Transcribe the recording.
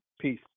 Peace